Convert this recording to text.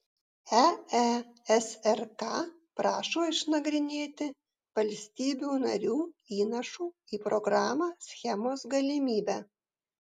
eesrk prašo išnagrinėti valstybių narių įnašų į programą schemos galimybę